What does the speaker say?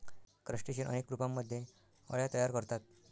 crustacean अनेक रूपांमध्ये अळ्या तयार करतात